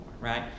right